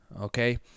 okay